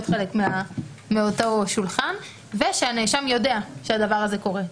חלק מאותו שולחן ושהנאשם יודע שהדבר הזה קורה.